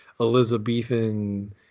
Elizabethan